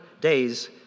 days